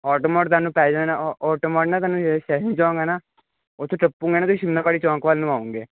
automate ਤੁਹਾਨੂੰ ਪੈ ਜਾਣਾ ਓਟੋਮੋਟ ਨਾ ਤੁਹਾਨੂੰ ਜਿਹੜਾ ਸ਼ੈਸਨ ਚੋਂਕ ਆ ਨਾ ਉਥੇ ਟੱਪੁਗੇ ਨਾ ਸ਼ਿਮਲਾਵਾਰੀ ਚੋਂਕ ਵੱਲ ਨੂੰ ਆਓਗੇ